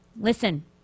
listen